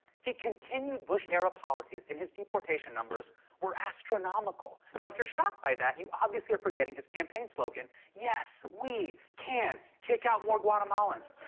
he continued bush-era policies, and his deportation numbers were astronomical. and if you're shocked by that, you obviously are forgetting his campaign slogan yes, we can. kick out more guatemalans.